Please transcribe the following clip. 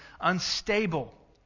unstable